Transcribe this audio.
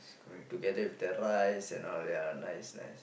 together with the rice and all ya nice nice